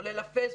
כולל הפייסבוק.